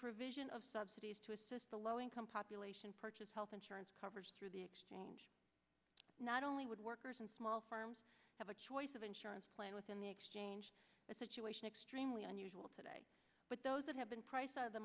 provision of subsidies to assist the low income population purchase health insurance coverage through the exchange not only would workers and small farms have a choice of insurance plan within the exchange a situation extremely unusual today but those that have been priced out of the